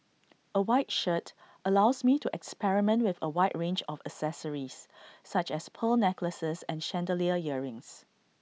A white shirt allows me to experiment with A wide range of accessories such as pearl necklaces and chandelier earrings